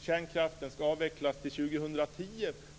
kärnkraften ska avvecklas till 2010.